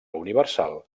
universal